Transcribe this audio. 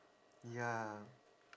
ya